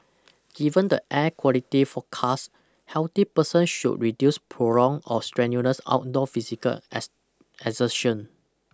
given the air quality forecast healthy person should reduce prolonged or strenuous outdoor physical exertion